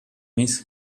miss